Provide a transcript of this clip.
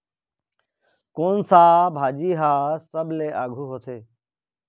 कोन सा भाजी हा सबले आघु होथे?